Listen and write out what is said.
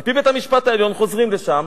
על-פי בית-המשפט העליון, חוזרים לשם,